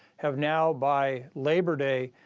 have now, by labor day,